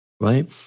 right